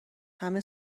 همه